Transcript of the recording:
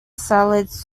salads